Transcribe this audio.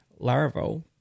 Laravel